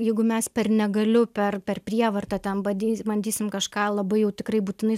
jeigu mes per negaliu per per prievartą ten badys bandysim kažką labai jau tikrai būtinai